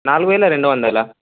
నాలుగువేల రెండువందల